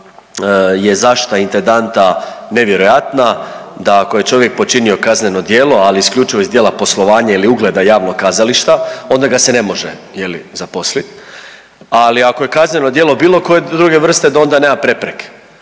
je zaštita intendanta nevjerojatna, da ako je čovjek počinio kazneno djelo, ali isključivo iz djela poslovanja ili ugleda javnog kazališta onda ga se ne može je li zaposliti, ali ako je kazneno djelo bilo koje druge vrste da onda nema prepreke.